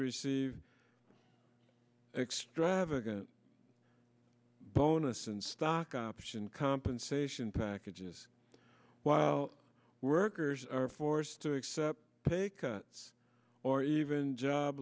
receive extravagant bonus and stock option compensation packages while workers are forced to accept pay cuts or even job